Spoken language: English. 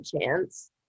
chance